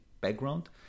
background